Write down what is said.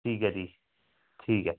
ਠੀਕ ਹੈ ਜੀ ਠੀਕ ਹੈ